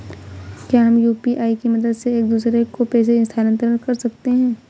क्या हम यू.पी.आई की मदद से एक दूसरे को पैसे स्थानांतरण कर सकते हैं?